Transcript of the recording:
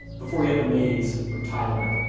before he had the maze or tyler,